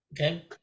Okay